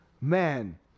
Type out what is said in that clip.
man